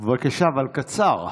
בבקשה, אבל קצר.